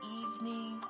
evening